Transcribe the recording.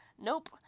Nope